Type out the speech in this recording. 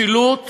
משילות